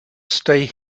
stay